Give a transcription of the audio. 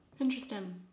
Interesting